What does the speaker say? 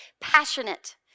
passionate